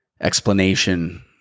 explanation